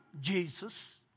Jesus